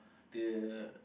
the